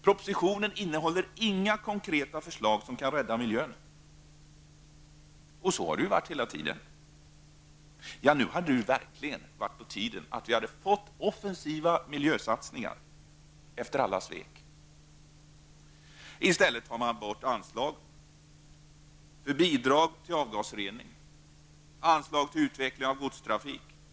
Propositionen innehåller inga konkreta förslag som kan rädda miljön och så har det ju varit hela tiden. Nu hade det verkligen varit dags för offensiva miljösatsningar efter alla svek. I stället tar man bort anslaget till bidrag för avgasrening och anslaget till utveckling av godstrafik.